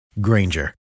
Granger